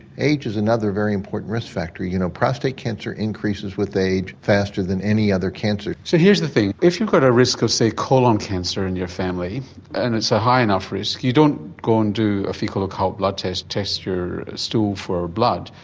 age is another very important risk factor. you know prostate cancer increases with age faster than any other cancer. so here's the thing, if you've got a risk of say colon cancer in your family and it's a high enough risk you don't go and do a faecal occult blood test to test your stool for blood,